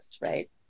right